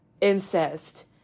incest